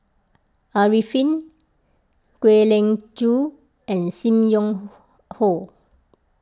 Arifin Kwek Leng Joo and Sim Wong Hoo